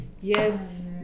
yes